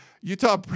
Utah